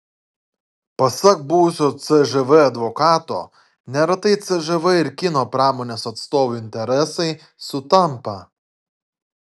pasak buvusio cžv advokato neretai cžv ir kino pramonės atstovų interesai sutampa